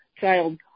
child